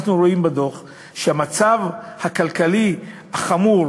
אנחנו רואים בדוח שהמצב הכלכלי החמור